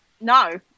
No